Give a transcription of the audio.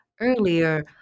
earlier